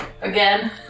Again